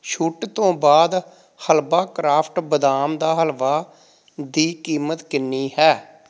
ਛੁੱਟ ਤੋਂ ਬਾਅਦ ਹਲਵਾ ਕਰਾਫਟ ਬਦਾਮ ਦਾ ਹਲਵਾ ਦੀ ਕੀਮਤ ਕਿੰਨੀ ਹੈ